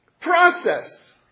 process